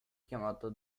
chiamato